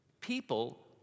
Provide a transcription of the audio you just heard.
people